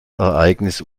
ereignis